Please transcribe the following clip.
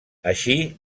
així